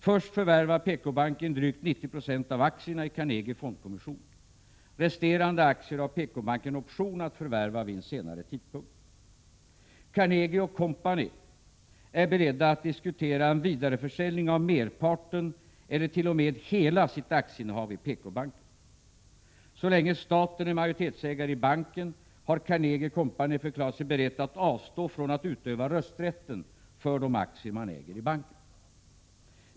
Först förvärvar PKbanken drygt 90 20 av aktierna i Carnegie Fondkommission. Resterande aktier har PKbanken option att förvärva vid en senare tidpunkt. Carnegie & Co är berett att diskutera en vidareförsäljning av merparten eller t.o.m. hela sitt aktieinnehav i PKbanken. Så länge staten är majoritetsägare i banken har Carnegie & Co förklarat sig berett att avstå från att utöva rösträtten för de aktier Carnegie & Co äger i banken.